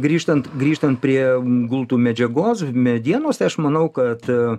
grįžtant grįžtant prie gultų medžiagos medienos tai aš manau kad